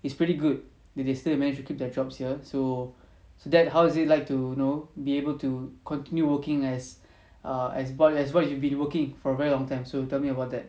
it's pretty good that they still manage to keep their jobs here so so dad is it like to you know be able to continue working as err as what as what you've been working for a very long time so tell me about that